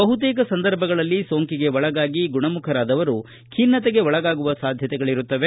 ಬಹುತೇಕ ಸಂದರ್ಭಗಳಲ್ಲಿ ಸೋಂಕಿಗೆ ಒಳಗಾಗಿ ಗುಣಮುಖರಾದವರು ಖಿನ್ನತೆಗೆ ಒಳಗಾಗುವ ಸಾಧ್ಯತೆಗಳಿರುತ್ತವೆ